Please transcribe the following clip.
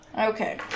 Okay